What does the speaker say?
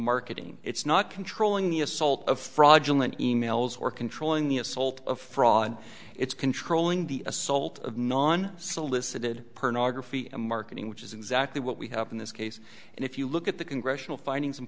marketing it's not controlling the assault of fraudulent e mails or controlling the assault of fraud it's controlling the assault of non solicited a marketing which is exactly what we have in this case and if you look at the congressional finding